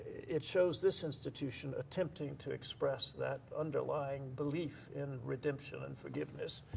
it shows this institution attempting to express that underlying belief in redemption and forgiveness,